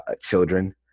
children